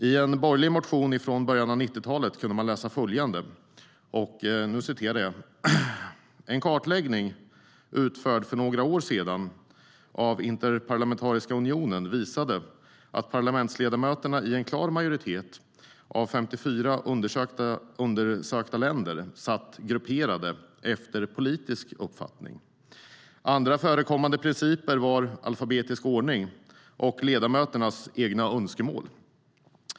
I en borgerlig motion från början av 90-talet kunde man läsa följande: "En kartläggning, utförd för några år sedan av Interparlamentariska unionen, visade att parlamentsledamöterna i en klar majoritet av 54 undersökta länder satt grupperade efter politisk uppfattning. Andra förekommande principer var alfabetisk ordning och ledamöternas egna önskemål.